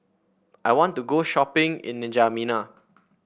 I want to go shopping in N'Djamena